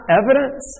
evidence